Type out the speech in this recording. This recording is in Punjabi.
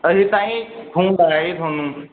ਅਸੀਂ ਤਾਂ ਹੀ ਫੋਨ ਲਗਾਇਆ ਜੀ ਤੁਹਾਨੂੰ